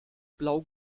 blau